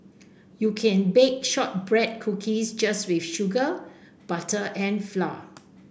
you can bake shortbread cookies just with sugar butter and flour